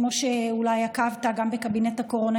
כמו שכבר עקבת אולי גם בקבינט הקורונה,